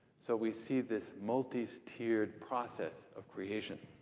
so we see this multi-tiered process of creation.